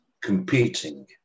competing